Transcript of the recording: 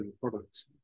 products